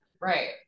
Right